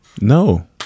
No